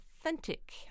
authentic